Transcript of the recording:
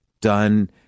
done